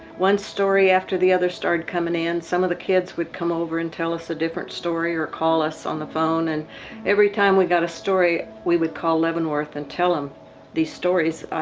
one story after the other started coming in. some of the kids would come over and tell us a different story or call us on the phone. and every time we got a story, we would call leavenworth and tell them these stories.